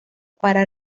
para